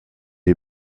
est